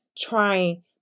trying